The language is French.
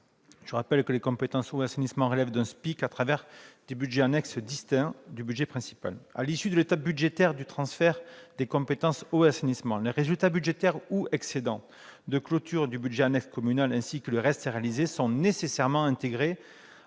Je rappelle que ces compétences relèvent d'un SPIC au travers des budgets annexes distincts du budget principal. À l'issue de l'étape budgétaire du transfert des compétences « eau » et « assainissement », les résultats budgétaires ou excédents de clôture du budget annexe communal, ainsi que les restes à réaliser sont nécessairement intégrés